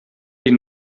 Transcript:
die